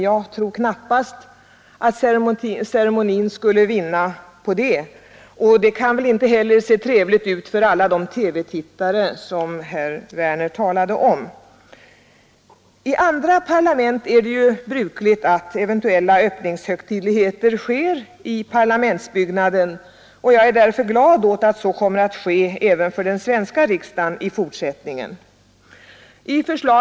Jag tror knappast att ceremonin skulle vinna på det, och det kan väl inte heller se trevligare ut för alla de TV-tittare som herr Werner talade om. I andra parlament är det brukligt att eventuella öppningshögtidligheter hålls i parlamentsbyggnaden, och jag är därför glad över att så kommer att ske även beträffande den svenska riksdagen i fortsättningen. I 1kap.